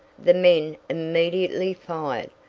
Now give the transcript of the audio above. the men immediately fired,